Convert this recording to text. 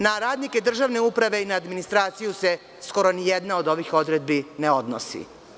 Na radnike državne uprave i na administraciju se skoro ni jedna od ovih odredbi ne odnosi.